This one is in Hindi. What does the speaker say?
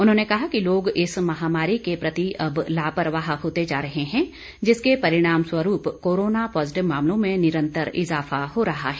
उन्होंने कहा कि लोग इस महामारी के प्रति अब लापरवाह होते जा रहे हैं जिसके परिणाम स्वरूप कोरोना पॉजिटिव मामलों में निरंतर इजाफा हो रहा है